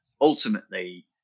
ultimately